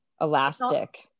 elastic